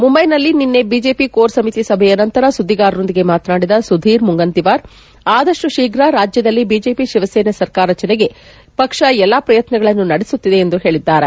ಮುಂಬೈನಲ್ಲಿ ನಿನ್ನೆ BJP core ಸಮಿತಿ ಸಭೆಯ ನಂತರ ಸುದ್ದಿಗಾರರೊಂದಿಗೆ ಮಾತನಾಡಿದ ಸುಧೀರ್ ಮುಂಗನ್ತಿವಾರ್ ಆದಷ್ಟು ಶೀಘ್ರ ರಾಜ್ಯದಲ್ಲಿ ಬಿಜೆಪಿ ಶಿವಸೇನೆ ಸರ್ಕಾರ ರಚನೆಗೆ ಪಕ್ಷ ಎಲ್ಲ ಪ್ರಯತ್ನಗಳನ್ನು ನಡೆಸುತ್ತಿದೆ ಎಂದು ಹೇಳಿದ್ದಾರೆ